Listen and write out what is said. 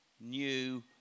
new